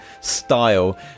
style